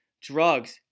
drugs